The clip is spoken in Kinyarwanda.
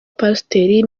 pasiteri